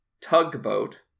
tugboat